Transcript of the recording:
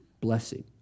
blessing